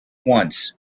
once